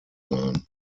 sein